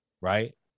right